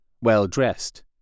well-dressed